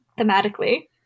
thematically